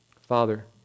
Father